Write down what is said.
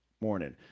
morning